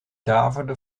daverde